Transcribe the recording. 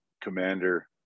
commander